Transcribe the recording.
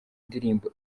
indirimbo